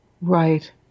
right